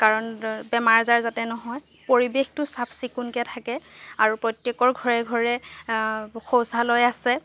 কাৰণ বেমাৰ আজাৰ যাতে নহয় পৰিৱেশতো চাফ চিকুণকৈ থাকে আৰু প্ৰত্যেকৰ ঘৰে ঘৰে শৌচালয় আছে